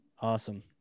Awesome